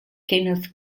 kenneth